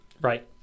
Right